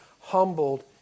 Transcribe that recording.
humbled